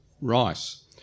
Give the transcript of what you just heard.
rice